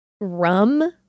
rum